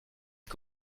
les